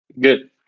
good